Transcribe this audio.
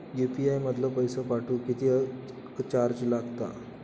UPI मधलो पैसो पाठवुक किती चार्ज लागात?